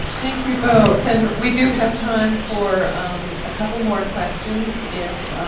thank you both. and we do have time for um a couple more questions, if,